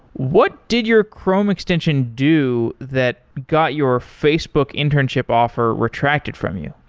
what did your chrome extension do that got your facebook internship offer retracted from you?